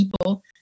people